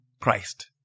Christ